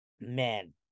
Man